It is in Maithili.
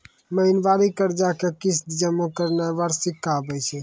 महिनबारी कर्जा के किस्त जमा करनाय वार्षिकी कहाबै छै